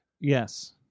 yes